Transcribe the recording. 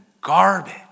garbage